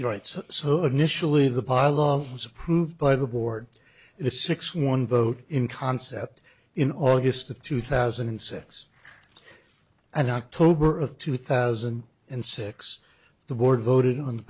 approved by the board in a six one vote in concept in august of two thousand and six and october of two thousand and six the board voted on